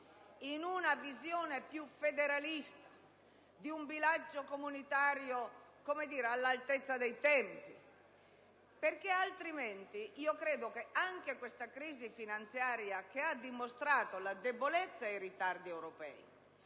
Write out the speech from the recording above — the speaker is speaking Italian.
in una visione più federalista, di un bilancio comunitario all'altezza dei tempi. O l'Europa riesce a farlo, oppure credo che anche questa crisi finanziaria, che ha dimostrato la debolezza e i ritardi europei,